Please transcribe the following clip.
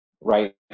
right